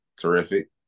terrific